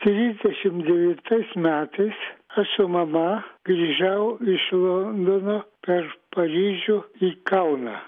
trisdešim devintais metais aš ir mama grįžau iš londono per paryžių į kauną